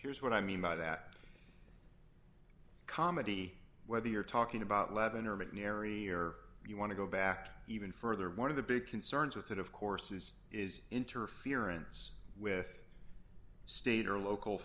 here's what i mean by that comedy whether you're talking about leaven or mcnairy or you want to go back even further one of the big concerns with that of course is is interference with state or local